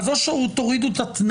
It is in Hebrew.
אז או שתורידו את התנאי,